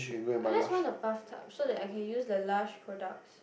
I just want a bathtub so that I can use the Lush products